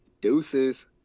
Deuces